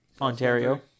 Ontario